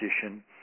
position